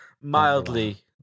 Mildly